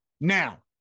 Now